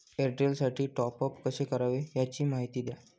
एअरटेलसाठी टॉपअप कसे करावे? याची माहिती द्या